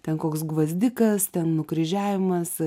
ten koks gvazdikas ten nukryžiavimas